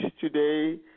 today